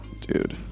Dude